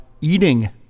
eating